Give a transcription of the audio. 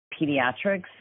pediatrics